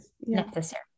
necessary